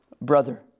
brother